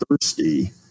thirsty